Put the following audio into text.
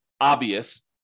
obvious